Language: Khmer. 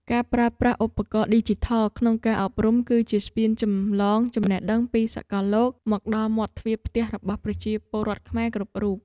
ការប្រើប្រាស់ឧបករណ៍ឌីជីថលក្នុងការអប់រំ គឺជាស្ពានចម្លងចំណេះដឹងពីសកលលោកមកដល់មាត់ទ្វារផ្ទះរបស់ប្រជាពលរដ្ឋខ្មែរគ្រប់រូប។